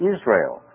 Israel